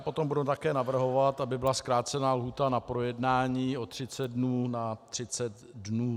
Potom budu také navrhovat, aby byla zkrácena lhůta na projednání o 30 dnů na 30 dnů.